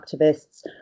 activists